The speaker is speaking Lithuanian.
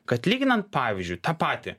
kad lyginant pavyzdžiui tą patį